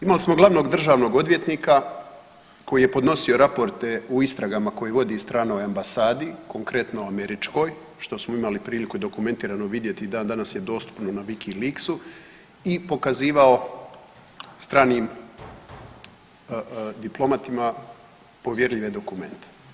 Imali smo glavnog državnog odvjetnika koji je podnosio raporte u istragama koje vodi u stranoj ambasadi, konkretno američkoj što smo imali priliku i dokumentirano vidjeti i dan danas je dostupno Wikiliksu i pokazivao stranim diplomatima povjerljive dokumente.